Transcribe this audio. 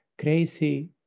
crazy